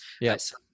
Yes